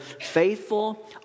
faithful